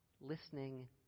Listening